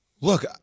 Look